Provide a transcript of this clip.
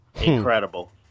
Incredible